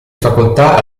facoltà